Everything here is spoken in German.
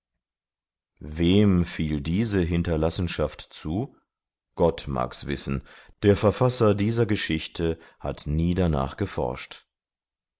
wem fiel diese hinterlassenschaft zu gott mag's wissen der verfasser dieser geschichte hat nie danach geforscht